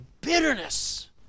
bitterness